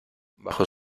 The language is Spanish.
bajo